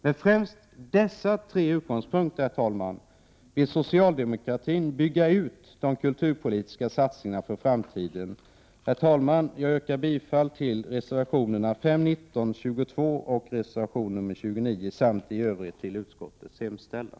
Med främst dessa tre utgångspunkter vill socialdemokratin bygga ut de kulturpolitiska satsningarna inför framtiden. Herr talman! Jag yrkar bifall till reservationerna 5, 19, 22 och 29 samt i Övrigt till utskottets hemställan.